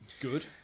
Good